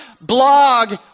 blog